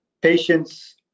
patients